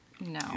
no